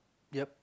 yup